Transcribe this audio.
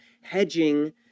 hedging